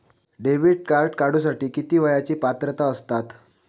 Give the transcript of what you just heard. Debit card काढूसाठी किती वयाची पात्रता असतात?